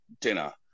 dinner